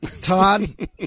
Todd